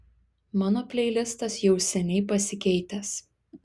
mano pleilistas jau seniai pasikeitęs